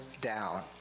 down